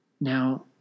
Now